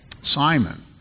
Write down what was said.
Simon